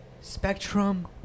spectrum